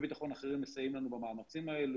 ביטחון אחרים מסייעים לנו במאמצים האלה